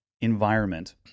environment